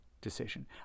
decision